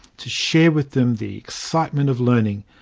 to share with them the excitement of learning,